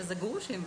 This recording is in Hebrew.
זה גרושים,